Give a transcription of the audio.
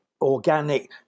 organic